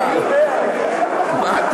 טוב,